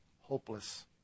hopeless